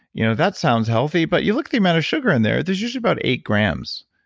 you know that sounds healthy, but you look the amount of sugar in there, there's usually about eight grams.